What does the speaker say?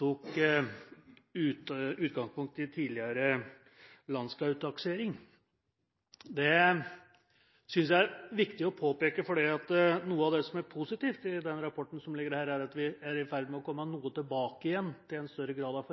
tok utgangspunkt i tidligere landskogtaksering. Det synes jeg er viktig å påpeke, for noe av det som er positivt i den rapporten som ligger her, er at vi er i ferd med å komme tilbake igjen til en større grad av